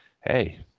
hey